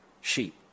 sheep